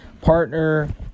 partner